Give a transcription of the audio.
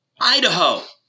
Idaho